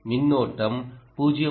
மின்னோட்டம் 0